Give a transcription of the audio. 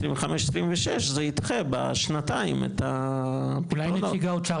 25-26 זה ידחה בשנתיים את ה- -- אולי נציג האוצר